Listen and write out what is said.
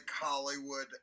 hollywood